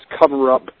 cover-up